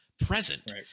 present